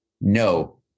No